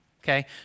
Okay